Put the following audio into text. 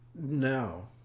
No